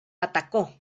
atacó